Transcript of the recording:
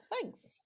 thanks